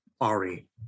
Ari